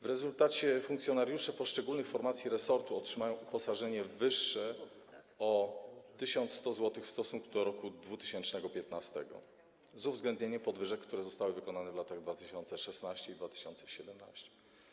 W rezultacie funkcjonariusze poszczególnych formacji resortu otrzymają uposażenie wyższe o 1100 zł w stosunku do roku 2015, z uwzględnieniem podwyżek, które zostały wprowadzone w latach 2016 i 2017.